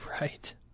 Right